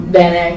bene